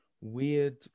weird